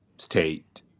state